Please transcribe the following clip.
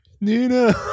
Nina